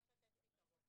צריך לתת פתרון.